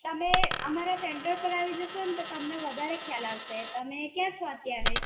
તમે અમારા સેન્ટર પર આવી જશોને તો તમને વધારે ખ્યાલ આવશે તમે ક્યાં છો અત્યારે